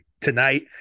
tonight